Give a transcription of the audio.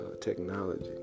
technology